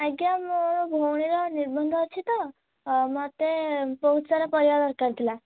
ଆଜ୍ଞା ମୋର ଭଉଣୀର ନିର୍ବନ୍ଧ ଅଛି ତ ମୋତେ ବହୁତ ସାରା ପରିବା ଦରକାର ଥିଲା